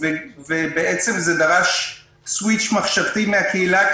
בעצם זה דרש סוויץ' מחשבתי מן הקהילה,